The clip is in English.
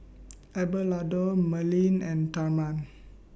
Abelardo Melanie and Therman